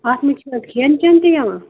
اَتھ منٛز چھا کھٮ۪ن چٮ۪ن تہِ یِوان